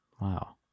wow